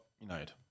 United